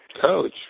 Coach